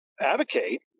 advocate